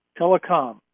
telecom